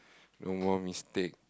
no more mistake